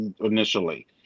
initially